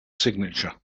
signature